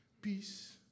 peace